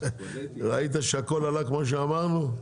ראית שהכול עלה כמו שאמרנו?